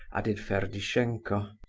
added ferdishenko.